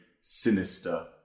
sinister